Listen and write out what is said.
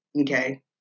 Okay